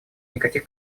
никаких